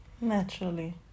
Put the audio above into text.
Naturally